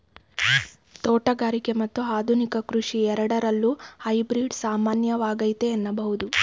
ತೋಟಗಾರಿಕೆ ಮತ್ತು ಆಧುನಿಕ ಕೃಷಿ ಎರಡರಲ್ಲೂ ಹೈಬ್ರಿಡ್ ಸಾಮಾನ್ಯವಾಗೈತೆ ಎನ್ನಬಹುದು